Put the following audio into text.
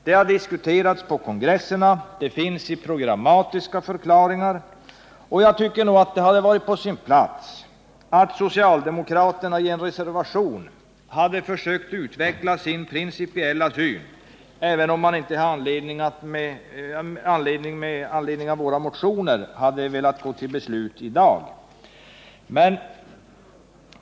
Det har diskuterats på kongresserna, och det finns i programmatiska förklaringar. Jag tycker att det hade varit på sin plats att socialdemokraterna i en reservation hade försökt utveckla sin principiella syn även om man inte med anledning av våra motioner hade velat gå till beslut i dag.